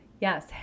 yes